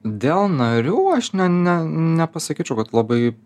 dėl narių aš ne ne nepasakyčiau kad labai